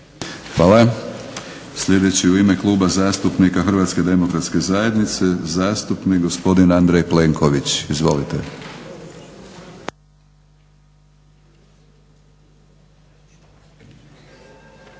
Hvala. Sljedeći u ime Kluba zastupnika HDZ-a zastupnik gospodin Andrej Plenković. Izvolite.